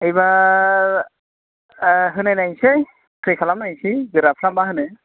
ओइबार होनाय नायनोसै थ्राय खालामनायसै गोराफ्रा मा होनो